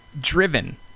driven